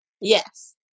Yes